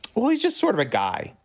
well, he's just sort of a guy,